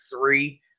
three